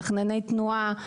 מתכנני תנועה,